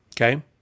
okay